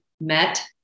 met